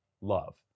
love